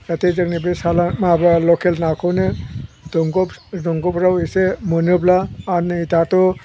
जाथे जोंनि बे सालानि माबा लकेल नाखौनो दंग' बे दंग'फोराव एसे मोनोब्ला आरो नै दाथ'